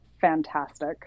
fantastic